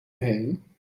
heen